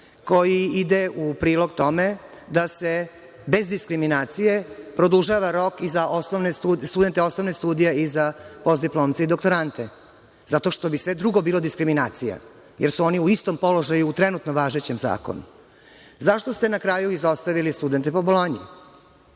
koji ide u prilog tome da se bez diskriminacije produžava rok i za studente osnovnih studija i za postdiplomce i doktorante, zato što bi sve drugo bilo diskriminacija, jer su oni u istom položaju u trenutno važećem zakonu.Zašto ste na kraju izostavili studente po Bolonji?